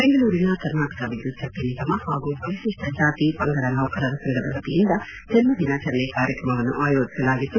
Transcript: ಬೆಂಗಳೂರಿನ ಕರ್ನಾಟಕ ವಿದ್ಯುಚ್ಚಕ್ತಿ ನಿಗಮ ಹಾಗೂ ಪರಿಶಿಷ್ವ ಜಾತಿ ಪಂಗದ ನೌಕರರ ಸಂಘದ ವತಿಯಿಂದ ಜನ್ಮದಿನಾಚರಣೆ ಕಾರ್ಯಕ್ರಮವನ್ನು ಆಯೋಜಿಸಲಾಗಿತ್ತು